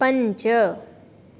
पञ्च